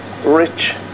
Rich